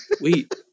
wait